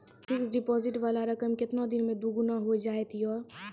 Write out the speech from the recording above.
Fixed deposit वाला रकम केतना दिन मे दुगूना हो जाएत यो?